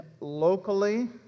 locally